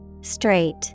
Straight